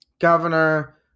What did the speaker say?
governor